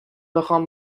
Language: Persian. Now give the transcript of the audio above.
بخوام